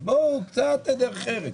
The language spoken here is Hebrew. אז קצת דרך ארץ.